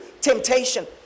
temptation